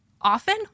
often